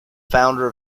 founder